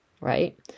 right